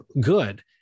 good